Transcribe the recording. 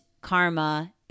karma